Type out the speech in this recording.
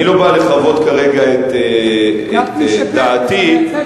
אני לא בא לחוות כרגע את דעתי, גפני שקט.